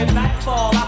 nightfall